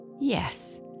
Yes